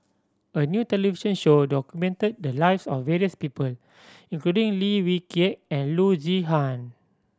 a new television show documented the lives of various people including Lim Wee Kiak and Loo Zihan